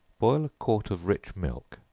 boil a quart of rich milk,